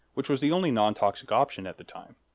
which was the only nontoxic option at the time.